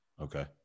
Okay